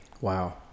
Wow